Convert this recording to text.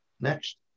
next